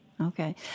Okay